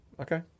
Okay